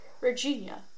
Virginia